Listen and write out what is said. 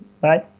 Bye